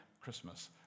Christmas